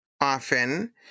often